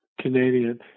Canadian